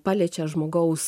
paliečia žmogaus